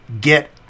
get